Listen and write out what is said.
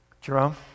jerome